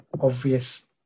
obvious